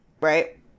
Right